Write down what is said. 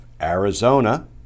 Arizona